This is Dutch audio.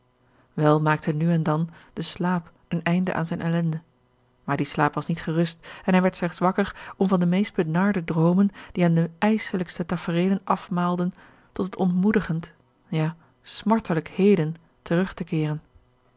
wel maakte nu en dan de slaap een einde aan zijne ellende maar die slaap was niet gerust en hij werd slechts wakker om van de meest benarde droomen die hem de ijselijkste tafereelen afmaalden tot het ontmoedigend ja smartelijk heden terug te keeren